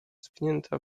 zwinięta